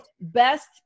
best